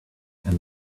and